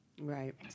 right